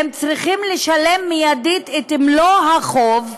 הם צריכים לשלם מיידית את מלוא החוב,